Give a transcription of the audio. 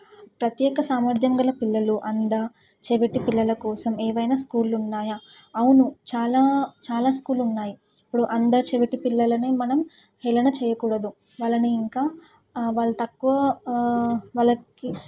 ప్రత్యేక సామర్థ్యం గల పిల్లలు అంద చెవిటి పిల్లల కోసం ఏవైనా స్కూళ్ళు ఉన్నాయా అవును చాలా చాలా స్కూళ్ళు ఉన్నాయి ఇప్పుడు అంద చెవిటి పిల్లలని మనం హేళన చేయకూడదు వాళ్ళని ఇంకా వాళ్ళ తక్కువ వాళ్ళకి